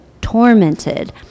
tormented